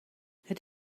het